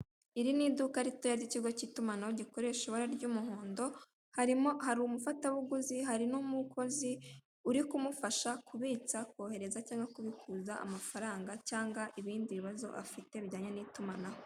Iri ni iduka ritoya ry'ikigo kitumanaho g'ikoreshwa ibara ry'umuhondo, hari umufatabuguzi n'umukozi uri kumufasha kubitsa, kohereza cyangwa kubikuza amafaranga cyangwa ibindi bibazo afite bujyanye n'itumanaho.